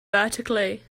vertically